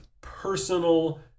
personal